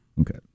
Okay